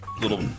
little